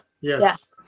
yes